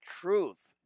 truth